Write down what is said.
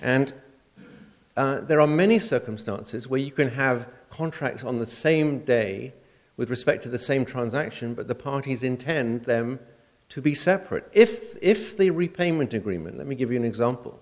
and there are many circumstances where you can have a contract on the same day with respect to the same transaction but the parties intend them to be separate if if the repayment agreement let me give you an example